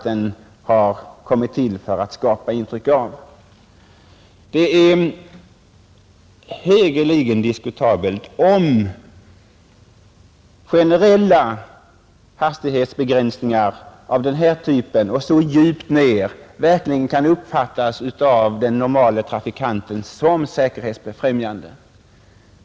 Det är i hög grad diskutabelt om generella hastighetsbegränsningar av denna typ, med en så pass låg bashastighet som 70, verkligen kan uppfattas av den normala trafikanten som säkerhetsbefrämjande.